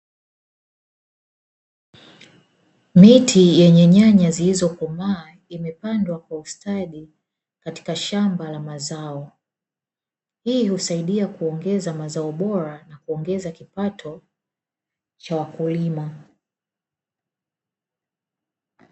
Miti yenye nyanya zilizokomaa imepandwa kwa ustadi katika shamba la mazao, hii husaidia kuongeza mazao bora na kuongeza kipato cha wakulima.